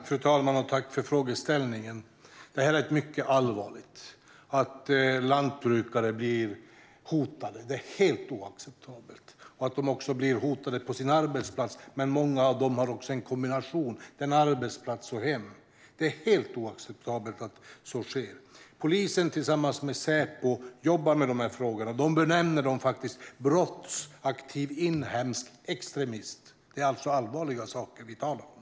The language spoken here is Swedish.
Fru talman! Tack för frågeställningen! Det är mycket allvarligt att lantbrukare blir hotade. Det är helt oacceptabelt, liksom att de blir hotade på sin arbetsplats när många av dem har en kombination av arbetsplats och hem. Det är helt oacceptabelt att så sker. Polisen jobbar tillsammans med Säpo med dessa frågor. De benämner det som brottsaktiv inhemsk extremism. Det är alltså allvarliga saker vi talar om.